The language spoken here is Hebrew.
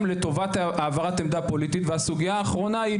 לטובת העברת עמדה פוליטית והסוגייה האחרונה היא,